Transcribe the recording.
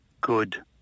good